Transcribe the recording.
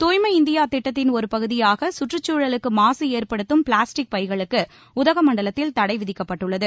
தூய்மை இந்தியா திட்டத்தின் ஒரு பகுதியாக கற்றுச் சூழலுக்கு மாசு ஏற்படுத்தும் பிளாஸ்டிக் பைகளுக்கு உதகமண்டலத்தில் தடை விதிக்கப்பட்டுள்ளது